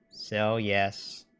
sell yes